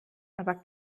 aber